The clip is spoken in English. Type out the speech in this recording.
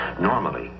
normally